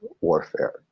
warfare